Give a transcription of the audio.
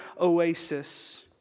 oasis